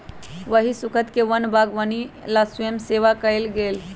वही स्खुद के वन बागवानी ला स्वयंसेवा कई लय